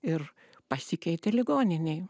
ir pasikeitė ligoninėj